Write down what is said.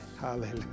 Hallelujah